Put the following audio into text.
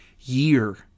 year